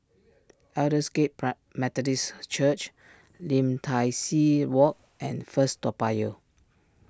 Aldersgate Methodist Church Lim Tai See Walk and First Toa Payoh